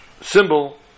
symbol